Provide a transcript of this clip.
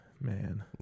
man